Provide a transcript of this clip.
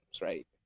right